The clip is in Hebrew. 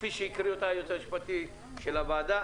כפי שהקריא אותה היועץ המשפטי של הוועדה.